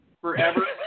forever